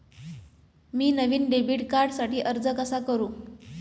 मी नवीन डेबिट कार्डसाठी अर्ज कसा करू?